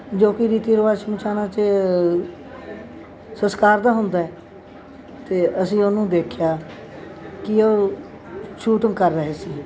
ਜੋ ਕਿ ਰੀਤੀ ਰਿਵਾਜ਼ ਸਮਸ਼ਾਨ 'ਚ ਸੰਸਕਾਰ ਤਾਂ ਹੁੰਦਾ ਅਤੇ ਅਸੀਂ ਉਹਨੂੰ ਦੇਖਿਆ ਕਿ ਉਹ ਸ਼ੂਟਿੰਗ ਕਰ ਰਹੇ ਸੀ